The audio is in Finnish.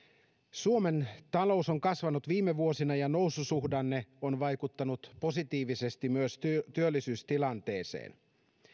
suomen talous on kasvanut viime vuosina ja noususuhdanne on vaikuttanut positiivisesti myös työllisyystilanteeseen